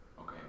Okay